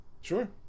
Sure